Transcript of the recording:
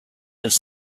his